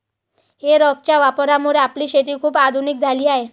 हे रॅकच्या वापरामुळे आपली शेती खूप आधुनिक झाली आहे